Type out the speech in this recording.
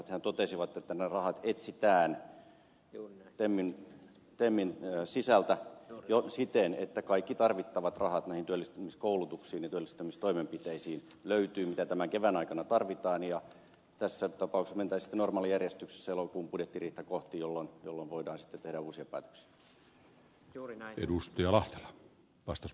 hehän totesivat että ne rahat etsitään temmin sisältä siten että kaikki tarvittavat rahat näihin työllistämiskoulutuksiin ja työllistämistoimenpiteisiin löytyvät mitä tämän kevään aikana tarvitaan ja tässä tapauksessa mentäisiin sitten normaalijärjestyksessä elokuun budjettiriihtä kohti jolloin voidaan sitten tehdä uusia päätöksiä